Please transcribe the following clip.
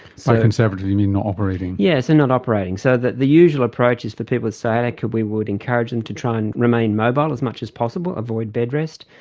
so conservative you mean not operating. yes, and not operating. so the usual approach is for people with sciatica we would encourage them to try and remain mobile as much as possible, avoid bed rest.